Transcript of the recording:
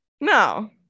No